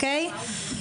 אוקיי?